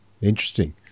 Interesting